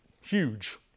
huge